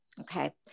okay